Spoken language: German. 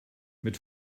mit